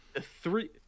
three